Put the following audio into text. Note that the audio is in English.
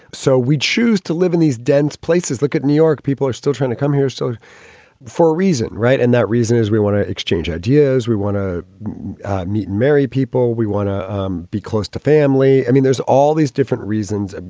so we choose to live in these dense places. look at new york. people are still trying to come here. so for a reason. right. and that reason is we want to exchange ideas. we want to meet mary people. we want to um be close to family. i mean, there's all these different reasons.